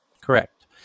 Correct